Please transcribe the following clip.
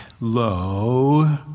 lo